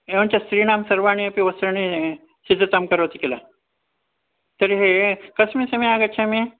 एवं च स्त्रीणां सर्वाणाम् अपि वस्त्राणां सिद्धतां करोति किल तर्हि कस्मिन् समये आगच्छामि